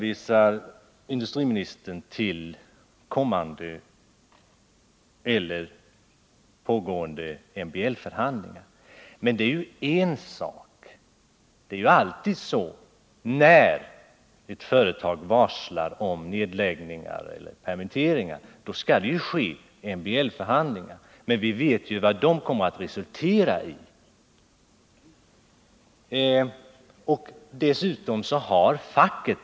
Industriministern hänvisar till pågående MBL-förhandlingar. Men det är en sak för sig. Det är ju alltid så att när ett företag varslar om nedläggningar eller permitteringar, skall det ske MBL-förhandlingar. Och vi vet ju vad dessa kommer att resultera i i det här fallet.